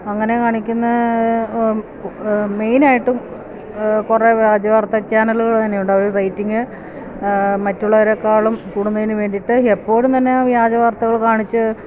അങ്ങനെ കാണിക്കുന്ന മെയിനായിട്ടും കുറേ വ്യാജ വാർത്താച്ചാനലുകള് തന്നെയുണ്ട് അവര് റേറ്റിങ് മറ്റുള്ളവരേക്കാളും കൂടുന്നതിന് വേണ്ടിയിട്ട് എപ്പോഴും തന്നെ വ്യാജ വാർത്തകള് കാണിച്ച്